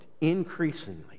increasingly